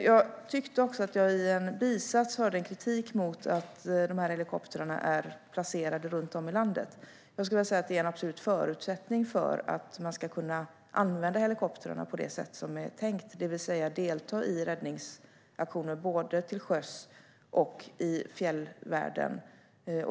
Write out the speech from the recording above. Jag tyckte att jag i en bisats hörde kritik mot att helikoptrarna är placerade runt om i landet. Jag skulle vilja säga att det är en absolut förutsättning för att man ska kunna använda helikoptrarna på det sätt som är tänkt, det vill säga delta i räddningsaktioner både till sjöss och i fjällvärlden.